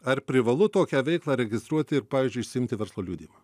ar privalu tokią veiklą registruoti ir pavyzdžiui išsiimti verslo liudijimą